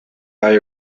buy